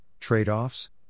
trade-offs